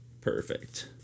Perfect